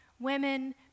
women